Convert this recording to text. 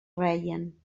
reien